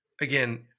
again